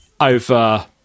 over